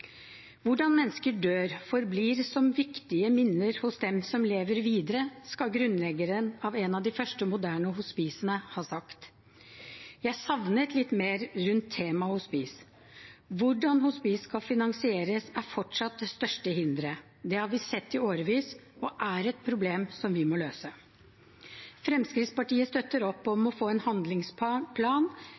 Hvordan mennesker dør, forblir som viktige minner hos dem som lever videre, skal grunnleggeren av et av de første moderne hospicene ha sagt. Jeg savnet litt mer rundt temaet hospice. Hvordan hospicene skal finansieres, er fortsatt det største hindret. Det har vi sett i årevis og er et problem som vi må løse. Fremskrittspartiet støtter opp om å få en